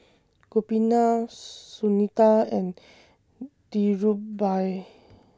Gopinath Sunita and Dhirubhai